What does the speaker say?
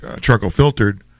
charcoal-filtered